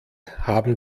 haben